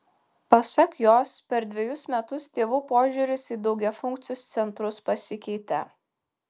pasak jos per dvejus metus tėvų požiūris į daugiafunkcius centrus pasikeitė